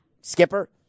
Skipper